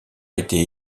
été